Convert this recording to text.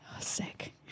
sick